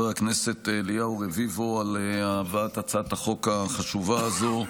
הכנסת אליהו רביבו על הבאת הצעת החוק החשובה הזו,